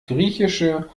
griechische